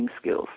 skills